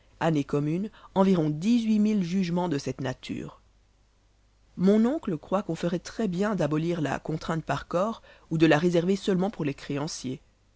années communes environ dix-huit mille jugemens de cette nature mon oncle croit qu'on ferait très-bien d'abolir la contrainte par corps ou de la réserver seulement pour les créanciers